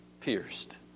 pierced